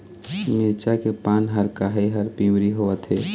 मिरचा के पान हर काहे बर पिवरी होवथे?